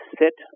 sit